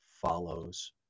follows